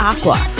Aqua